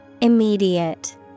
Immediate